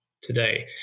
today